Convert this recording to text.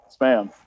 spam